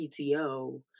PTO